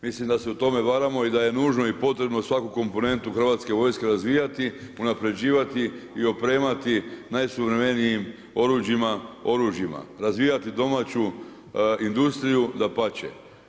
Mislim da se u tome varamo i da je nužno i potrebno u svaku komponentu hrvatske vojske razvijati, unapređivati i opremati najsuvremenijim oruđima, oružjima, razvijati domaću industriju dapače.